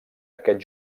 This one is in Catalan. aquest